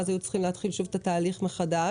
ואז היו צריכים להתחיל את התהליך מחדש.